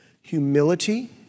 Humility